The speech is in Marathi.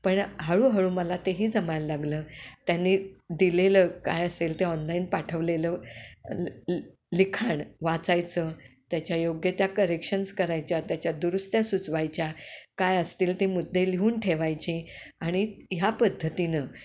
पण हळूहळू मला तेही जमायला लागलं त्यांनी दिलेलं काय असेल ते ऑनलाईन पाठवलेलं लिखाण वाचायचं त्याच्या योग्य त्या करेक्शन्स करायच्या त्याच्या दुरुस्त्या सुचवायच्या काय असतील ते मुद्दे लिहून ठेवायची आणि ह्या पद्धतीनं